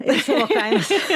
ir savo kainas